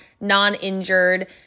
non-injured